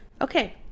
Okay